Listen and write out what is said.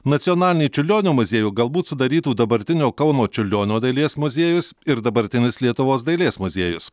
nacionalinį čiurlionio muziejų galbūt sudarytų dabartinio kauno čiurlionio dailės muziejus ir dabartinis lietuvos dailės muziejus